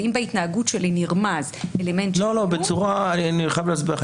והאם בהתנהגות שלי נרמז אלמנט של איום --- אני חייב להסביר לך,